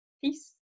Peace